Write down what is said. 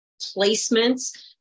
placements